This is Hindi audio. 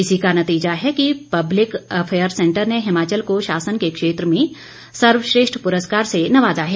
इसी का नतीजा है कि पब्लिक अफेयर सेंटर ने हिमाचल को शासन के क्षेत्र में सर्वश्रेष्ठ पुरस्कार से नवाजा है